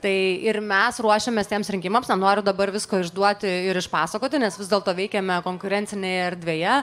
tai ir mes ruošiamės tiems rinkimams nenoriu dabar visko išduoti ir išpasakoti nes vis dėlto veikiame konkurencinėje erdvėje